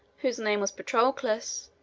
whose name was patroclus,